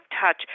touch